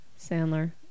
Sandler